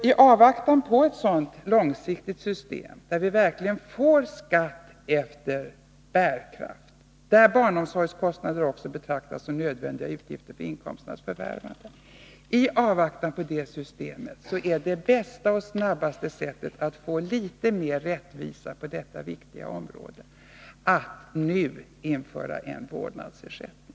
Tavvaktan på ett sådant långsiktigt system, där vi verkligen får skatt efter bärkraft, där barnomsorgskostnader också betraktas som nödvändiga utgifter för inkomsternas förvärvande, är det bästa och snabbaste sättet att få litet mer rättvisa på detta viktiga område att nu införa en vårdnadsersättning.